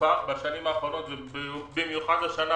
בשנים האחרונות ובמיוחד השנה